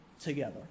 together